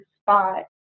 spot